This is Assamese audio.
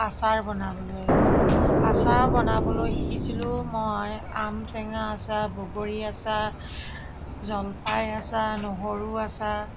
আচাৰ বনাবলৈ আচাৰ বনাবলৈ শিকিছিলোঁ মই আম টেঙা আচাৰ বগৰী আচাৰ জলফাইৰ আচাৰ নহৰু আচাৰ